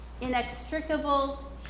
Inextricable